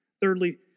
Thirdly